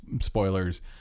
spoilers